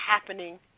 happening